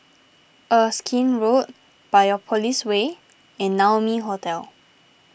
Erskine Road Biopolis Way and Naumi Hotel